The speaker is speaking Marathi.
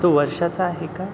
तो वर्षाचा आहे का